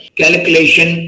calculation